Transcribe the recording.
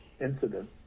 incident